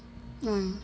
um